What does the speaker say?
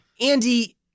Andy